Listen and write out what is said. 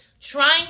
trying